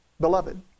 beloved